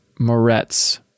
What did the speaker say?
Moretz